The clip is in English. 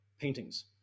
paintings